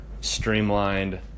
streamlined